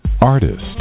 Artist